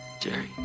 Jerry